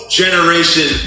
generation